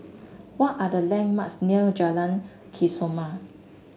what are the landmarks near Jalan Kesoma